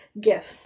gifts